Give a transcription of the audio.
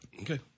Okay